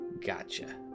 Gotcha